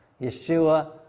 Yeshua